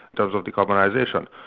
terms of decarbonisation.